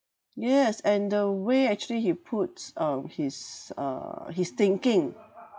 yes and the way actually he puts um his uh his thinking